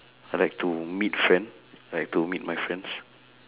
I like to meet friend like to meet my friends